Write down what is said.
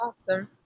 Awesome